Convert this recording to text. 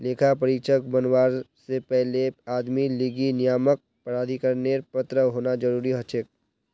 लेखा परीक्षक बनवा से पहले आदमीर लीगी नियामक प्राधिकरनेर पत्र होना जरूरी हछेक